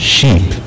Sheep